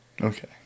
Okay